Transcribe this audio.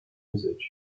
usage